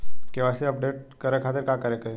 KYC update करे के खातिर का करे के होई?